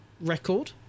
record